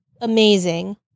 amazing